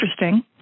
interesting